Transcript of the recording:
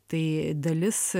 tai dalis